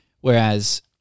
Whereas